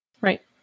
Right